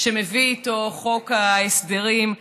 שמביא איתו חוק ההסדרים,